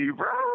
bro